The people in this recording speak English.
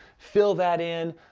fill that in,